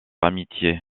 amitié